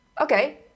Okay